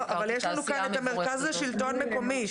אבל יש לנו כאן את המרכז לשלטון מקומי.